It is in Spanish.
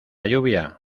lluvia